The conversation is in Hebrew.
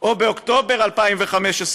או לאוקטובר 2015,